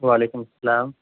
وعلیکم سلام